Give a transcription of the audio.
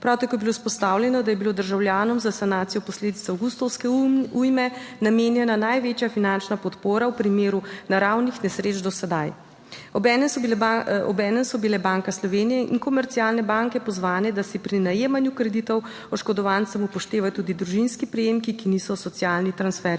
Prav tako je bilo izpostavljeno, da je bilo državljanom za sanacijo posledic avgustovske ujme namenjena največja finančna podpora v primeru naravnih nesreč do sedaj. Obenem so bile Banka Slovenije in komercialne banke pozvane, da se pri najemanju kreditov oškodovancem upoštevajo tudi družinski prejemki, ki niso socialni transferji.